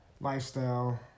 lifestyle